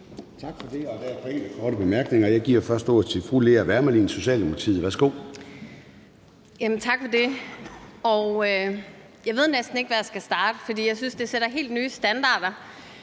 og jeg giver først ordet til fru Lea Wermelin, Socialdemokratiet. Værsgo. Kl. 13:32 Lea Wermelin (S): Tak for det. Jeg ved næsten ikke, hvad jeg skal starte med, for jeg synes, det sætter helt nye standarder